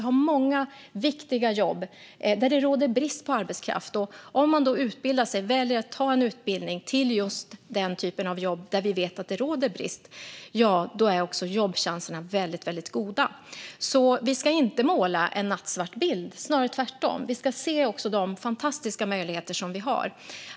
Inom många viktiga yrken råder det brist på arbetskraft, och väljer man att utbilda sig i ett yrke där det råder brist är jobbchanserna väldigt goda. Vi ska inte måla en nattsvart bild utan tvärtom se de fantastiska möjligheter vi har.